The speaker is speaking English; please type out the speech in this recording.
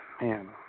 man